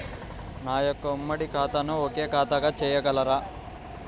నా యొక్క ఉమ్మడి ఖాతాను ఒకే ఖాతాగా చేయగలరా?